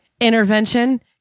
Intervention